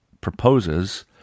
proposes